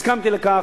הסכמתי לכך,